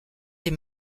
des